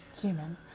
human